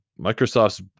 Microsoft's